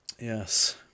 yes